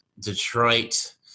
Detroit